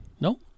No